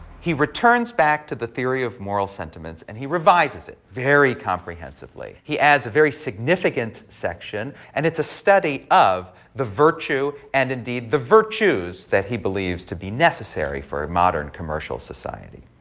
he returns back to the theory of moral sentiments, and he revises it very comprehensively. he adds a very significant section. and it's a study of the virtue and indeed, the virtues that he believes to be necessary for modern commercial society.